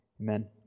Amen